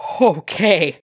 Okay